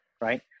right